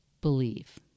believe